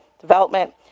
development